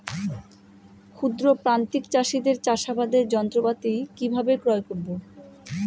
ক্ষুদ্র প্রান্তিক চাষীদের চাষাবাদের যন্ত্রপাতি কিভাবে ক্রয় করব?